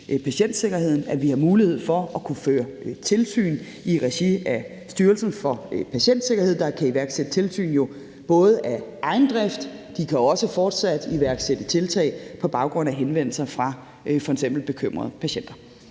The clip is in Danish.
at vi har mulighed for at kunne føre tilsyn i regi af Styrelsen for Patientsikkerhed, der jo både kan iværksætte tiltag af egen drift og fortsat også iværksætte tiltag på baggrund af henvendelser fra f.eks. bekymrede patienter.